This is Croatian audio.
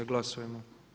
Glasujmo.